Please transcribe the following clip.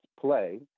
play